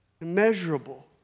Immeasurable